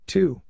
Two